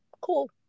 Cool